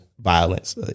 violence